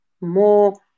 more